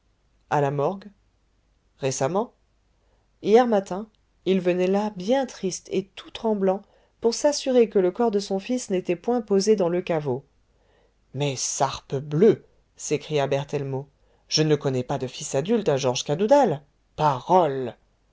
a la morgue récemment hier matin il venait là bien triste et tout tremblant pour s'assurer que le corps de son fils n'était point posé dans le caveau mais sarpebleu s'écria berthellemot je ne connais pas de fils adulte à georges cadoudal parole